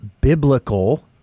biblical